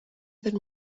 than